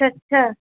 اچھا اچھا